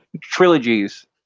trilogies